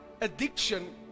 addiction